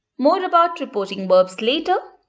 more about reporting verbs later,